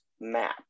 map